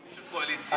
של הקואליציה.